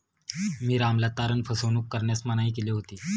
मी रामला तारण फसवणूक करण्यास मनाई केली होती